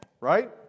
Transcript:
right